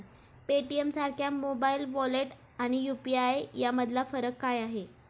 पेटीएमसारख्या mobile wallet आणि UPI यामधला फरक काय आहे?